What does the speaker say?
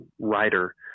writer